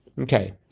Okay